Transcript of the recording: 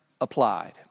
Applied